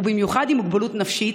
במיוחד עם מוגבלות נפשית,